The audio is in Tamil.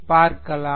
பார்க்கலாம்